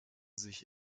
sich